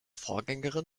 vorgängerin